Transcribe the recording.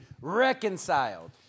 reconciled